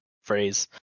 phrase